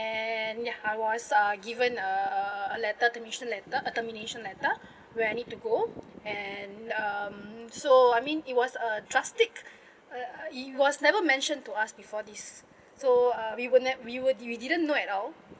and ya I was uh given a letter termination letter a termination letter where I need to go and um so I mean it was a drastic uh it was never mentioned to us before this so uh we were ne~ we were we didn't know at all